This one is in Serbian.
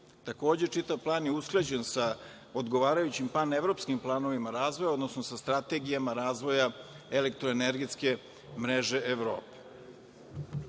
Takođe, čitav plan je usklađen sa odgovarajućim panevropskim planovima razvoja, odnosno sa strategijama razvoja elektroenergetske mreže